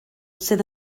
sydd